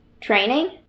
Training